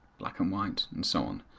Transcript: black and white, and so on.